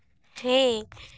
ᱦᱮᱸ